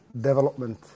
development